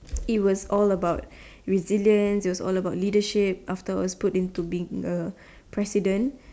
it was all about resilience it was all about leadership after all I was put into president